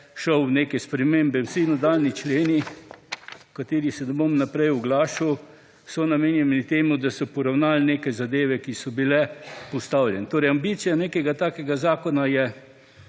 šel v neke spremembe, vsi nadaljnji členi o katerih se ne bom naprej oglašal, so namenjeni temu, da so poravnali neke zadeve, ki so bile postavljene. Torej, ambicija nekega takega zakona je